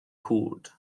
cwd